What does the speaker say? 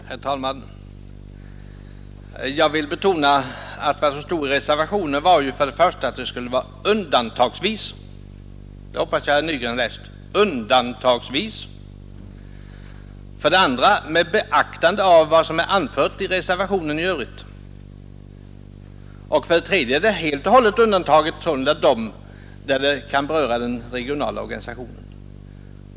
Herr talman! Jag vill betona att det i reservationen heter att Kungl. Maj:t skulle kunna göra sådana sammanläggningar för det första ”undantagsvis”, för det andra med beaktande av vad som anförts i reservationen i övrigt och för det tredje endast i sådana fall då det inte berör den regionala organisationen.